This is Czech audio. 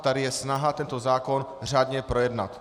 Tady je snaha tento zákon řádně projednat.